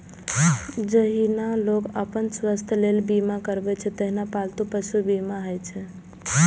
जहिना लोग अपन स्वास्थ्यक लेल बीमा करबै छै, तहिना पालतू पशुक बीमा होइ छै